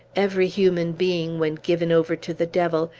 every human being, when given over to the devil,